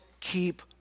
keep